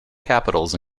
capitals